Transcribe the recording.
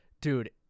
Dude